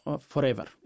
forever